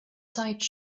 side